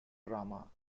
drama